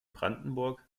brandenburg